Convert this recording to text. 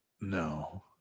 No